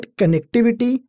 connectivity